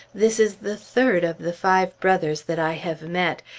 this is the third of the five brothers that i have met,